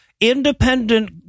independent